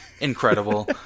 incredible